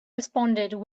responded